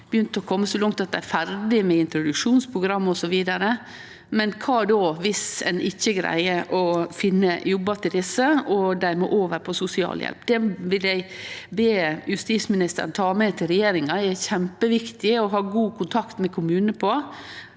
dei er ferdige med introduksjonsprogram osv., men kva om ein ikkje greier å finne jobbar til desse og dei må over på sosialhjelp? Eg vil be justisministeren ta med til regjeringa at det er kjempeviktig å ha god kontakt med kommunane om